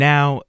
Now